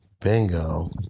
Bingo